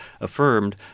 affirmed